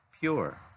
pure